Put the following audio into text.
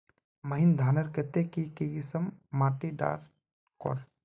महीन धानेर केते की किसम माटी डार कर?